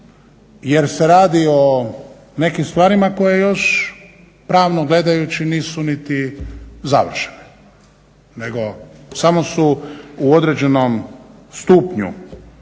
jer se radi o nekim stvarima koje još pravno gledajući nisu niti završene nego samo su u određenom stupnju